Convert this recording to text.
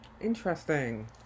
Interesting